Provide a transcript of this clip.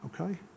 okay